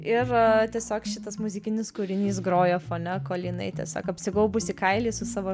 ir tiesiog šitas muzikinis kūrinys grojo fone kol jinai tiesiog apsigaubusi kailiais su savo